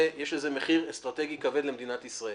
יש לזה מחיר אסטרטגי כבד למדינת ישראל.